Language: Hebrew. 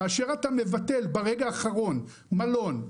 כאשר אתה מבטל ברגע האחרון מלון,